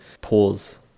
pause